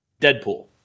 Deadpool